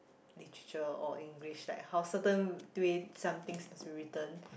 Literature or English like how certain way how some things need to be written